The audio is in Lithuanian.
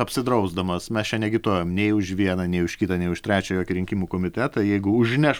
apsidrausdamas mes čia neagituojam nei už vieną nei už kitą nei už trečiojo rinkimų komitetą jeigu užneš